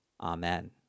Amen